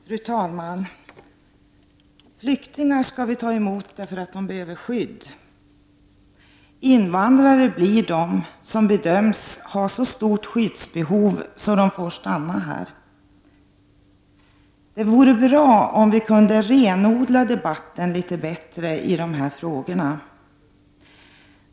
Fru talman! Flyktingar skall vi ta emot därför att de behöver skydd. Invandrare blir de som bedöms ha så stort skyddsbehov att de får stanna i Sverige. Det vore bra om vi kunde renodla debatten litet bättre när det gäller dessa frågor.